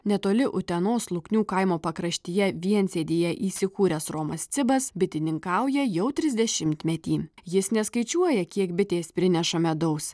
netoli utenos luknių kaimo pakraštyje viensėdyje įsikūręs romas cibas bitininkauja jau trisdešimtmetį jis neskaičiuoja kiek bitės prineša medaus